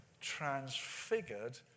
transfigured